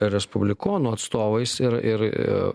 respublikonų atstovais ir ir